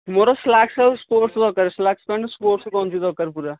ମୋର ସ୍ଲାକ୍ସ ଆଉ ସ୍ପୋର୍ଟ୍ସ ଦରକାର ସ୍ଲାକ୍ସ ପ୍ୟାଣ୍ଟ ସ୍ପୋର୍ଟ୍ସ ଗଞ୍ଜି ଦରକାର ପୁରା